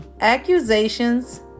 Accusations